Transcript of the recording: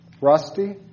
Rusty